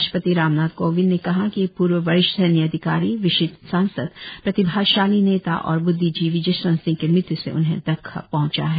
राष्ट्रपति रामनाथ कोविंद ने कहा कि पूर्व वरिष्ठ सैन्य अधिकारी विशिष्ट सांसद प्रतिभाशाली नेता और ब्द्विजीवी जसवंत सिंह की मृत्यु से उन्हें धक्का पहुंचा है